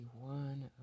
one